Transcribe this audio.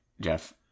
Jeff